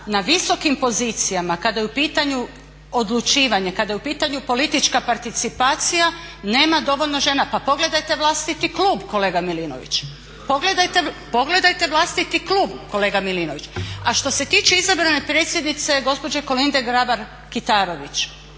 na visokim pozicijama kada je u pitanju odlučivanje, kada je u pitanju politička participacija nema dovoljno žena. Pa pogledajte vlastiti klub, kolega Milinović. Pogledajte vlastiti klub! A što se tiče izabrane predsjednice gospođe Kolinde Grabar-Kitarović